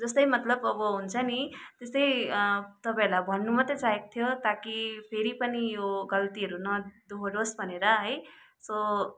जस्तै मतलब अब हुन्छ नि त्यस्तै तपाईँहरूलाई भन्नु मात्रै चाहेको थियो ताकि फेरि पनि यो गल्तीहरू नदोहोरियोस् भनेर है सो